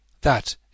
That